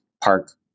park